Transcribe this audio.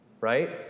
right